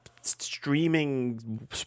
streaming